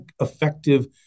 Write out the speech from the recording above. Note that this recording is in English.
effective